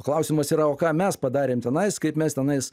klausimas yra o ką mes padarėm tenais kaip mes tenais